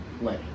play